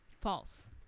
false